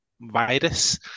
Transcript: virus